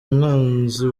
umwanzi